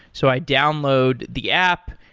so i download the app.